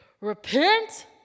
repent